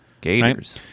gators